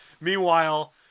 Meanwhile